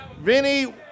Vinny